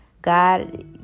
God